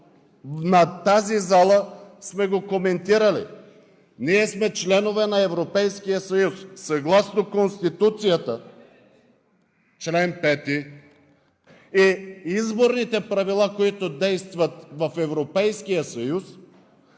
на тази зала сме го коментирали! Ние сме членове на Европейския съюз. Съгласно Конституцията – чл. 5 и изборните правила, които действат в Европейския съюз,